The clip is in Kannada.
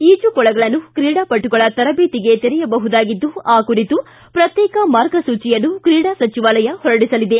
ಈಜುಕೊಳಗಳನ್ನು ಕ್ರೀಡಾಪಟುಗಳ ತರಬೇತಿಗೆ ತೆರೆಯಬಹುದಾಗಿದ್ಲು ಆ ಕುರಿತು ಪ್ರತ್ಯೇಕ ಮಾರ್ಗಸೂಚಿಯನ್ನು ಕ್ರೀಡಾ ಸಚಿವಾಲಯ ಹೊರಡಿಸಿಲಿದೆ